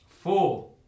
Four